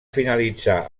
finalitzar